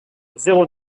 zéro